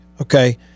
Okay